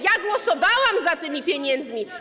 Ja głosowałam za tymi pieniędzmi.